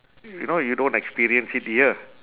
you know you don't experience it here